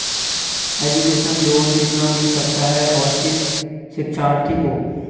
Education loan कितना मिल सकता है और किस शिक्षार्थी को?